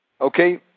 okay